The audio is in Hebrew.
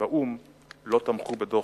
באו"ם לא תמכו בדוח-גולדסטון.